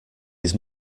his